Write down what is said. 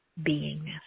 beingness